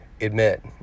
admit